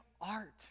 art